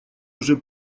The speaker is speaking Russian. уже